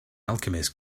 alchemist